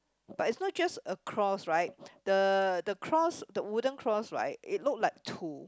but is not just a cross right the the cross the wooden cross right it not like to